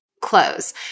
close